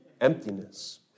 Emptiness